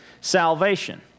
salvation